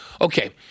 okay